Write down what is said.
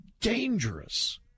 dangerous